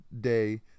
day